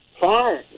fine